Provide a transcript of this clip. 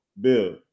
Bill